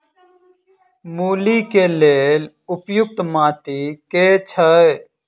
मूली केँ लेल उपयुक्त माटि केँ छैय?